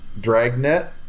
Dragnet